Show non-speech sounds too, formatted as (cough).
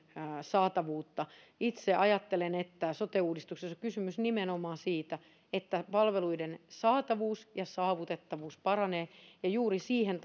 saatavuutta itse ajattelen että sote uudistuksessa on kysymys nimenomaan siitä että palveluiden saatavuus ja saavutettavuus paranevat ja juuri siihen (unintelligible)